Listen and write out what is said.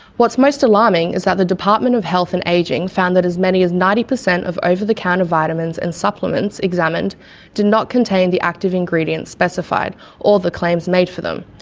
what's most alarming is that the department of health and ageing found that as many as ninety percent of over the counter vitamins and supplements examined did not contain the active ingredient specified or the claims made for them.